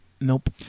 Nope